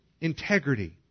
integrity